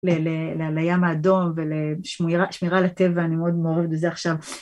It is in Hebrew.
לים האדום ולשמירה לטבע, אני מאוד מעורבת בזה עכשיו.